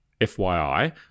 FYI